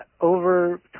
over